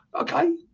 okay